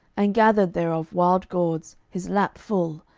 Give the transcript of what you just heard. and gathered thereof wild gourds his lap full,